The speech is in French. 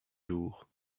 jours